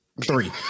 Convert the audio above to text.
three